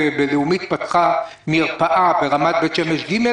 לאומית פתחה מרפאה ברמת בית שמש ג'